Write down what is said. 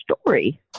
story